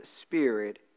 spirit